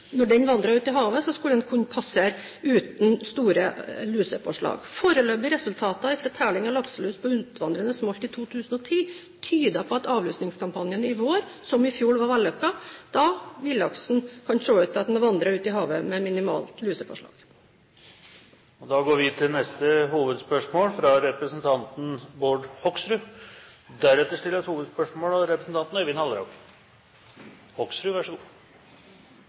ut i havet, skulle den kunne passere uten store lusepåslag. Foreløpige resultater etter telling av lakselus på utvandrende smolt i 2010 tyder på at avlusningskampanjen i år som i fjor var vellykket, da det kan se ut til at villaksen vandret ut i havet med minimalt lusepåslag. Det var ikke det jeg spurte om. Da går vi videre til neste hovedspørsmål. Da går det fra